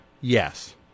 Yes